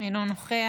אינו נוכח.